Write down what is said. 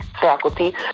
faculty